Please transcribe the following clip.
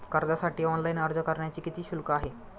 कर्जासाठी ऑनलाइन अर्ज करण्यासाठी किती शुल्क आहे?